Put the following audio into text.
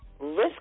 risk